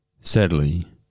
Sadly